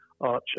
Archer